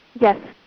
Yes